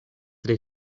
tre